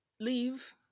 leave